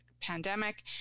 pandemic